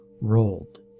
rolled